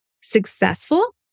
successful